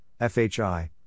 FHI